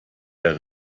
der